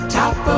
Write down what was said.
top